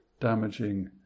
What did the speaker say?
damaging